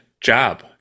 job